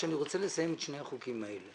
אני רוצה לסיים את שני החוקים האלה.